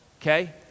Okay